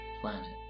planet